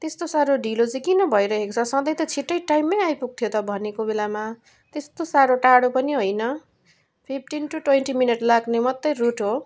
त्यस्तो साह्रो ढिलो किन भइरहेको छ सधैँ त छिट्टै टाइममै आइपुग्थ्यो त भनेको बेलामा त्यस्तो साह्रो टाढो पनि होइन फिफ्टिन टू ट्वेन्टी मिनट लाग्ने मात्रै रुट हो